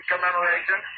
commemoration